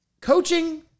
coaching